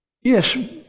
Yes